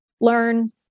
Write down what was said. learn